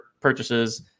purchases